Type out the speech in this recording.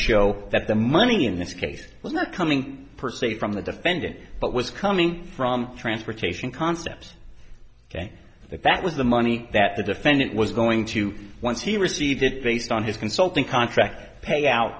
show that the money in this case was not coming per se from the defendant but was coming from transportation concepts and that that was the money that the defendant was going to once he received it based on his consulting contract payout